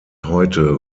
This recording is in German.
heute